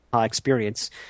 experience